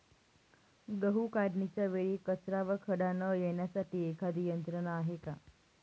गहू काढणीच्या वेळी कचरा व खडा न येण्यासाठी एखादी यंत्रणा आहे का?